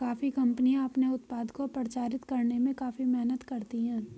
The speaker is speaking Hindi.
कॉफी कंपनियां अपने उत्पाद को प्रचारित करने में काफी मेहनत करती हैं